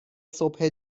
صبح